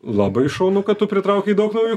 labai šaunu kad tu pritraukei daug naujų